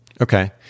Okay